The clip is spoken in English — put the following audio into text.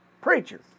preacher